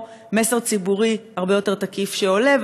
או מסר ציבורי הרבה יותר תקיף שעולה.